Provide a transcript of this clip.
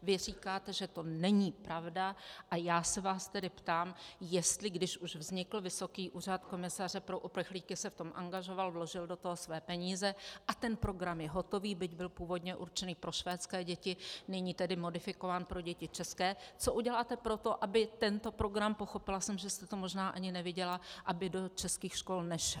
Vy říkáte, že to není pravda, a já se vás tedy ptám, jestli, když už vznikl Úřad vysokého komisaře pro uprchlíky, se v tom angažoval, vložil do toho své peníze, a ten program je hotový, byť byl původně určen pro švédské děti, nyní tedy modifikován pro děti české, co uděláte pro to, aby tento program pochopila jsem, že jste to možná ani neviděla do českých škol nešel.